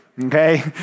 okay